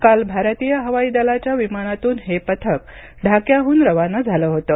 काल भारतीय हवाई दलाच्या विमानातून हे पथक ढाक्याहून रवाना झालं होतं